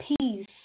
Peace